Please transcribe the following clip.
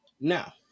Now